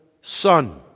Son